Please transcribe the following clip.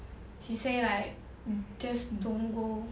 she say like just don't go